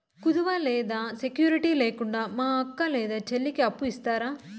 కుదువ లేదా సెక్యూరిటి లేకుండా మా అక్క లేదా చెల్లికి అప్పు ఇస్తారా?